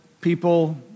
people